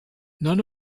none